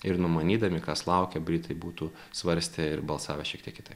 ir numanydami kas laukia britai būtų svarstę ir balsavę šiek tiek kitaip